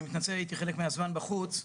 אני מתנצל, הייתי חלק מהזמן בחוץ.